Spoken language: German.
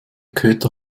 köter